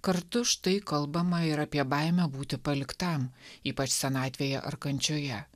kartu štai kalbama ir apie baimę būti paliktam ypač senatvėje ar kančioje